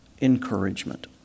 encouragement